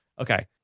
Okay